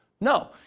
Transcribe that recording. No